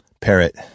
Parrot